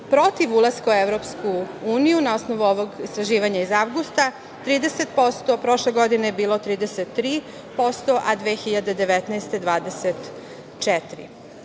Protiv ulaska u EU, na osnovu ovog istraživanja iz avgusta 30%, prošle godine je bilo 33%, a 2019.